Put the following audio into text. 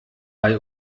bei